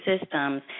systems